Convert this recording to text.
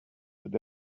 but